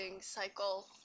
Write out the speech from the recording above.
cycle